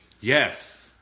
Yes